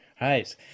Right